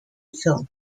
film